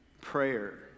prayer